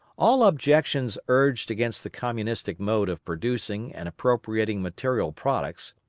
all objections urged against the communistic mode of producing and appropriating material products,